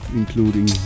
including